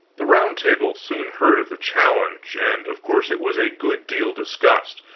the round table soon heard of the challenge, and of course it was a good deal discussed,